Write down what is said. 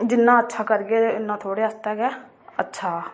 जिन्ना अच्छा करगे ते उन्ना थुआढ़े आस्तै अच्छा